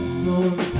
No